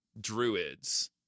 Druids